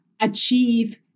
achieve